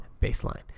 baseline